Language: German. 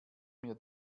mir